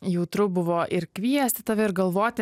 jautru buvo ir kviesti tave ir galvoti